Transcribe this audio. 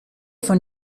von